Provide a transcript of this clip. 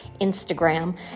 Instagram